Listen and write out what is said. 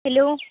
hello